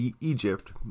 Egypt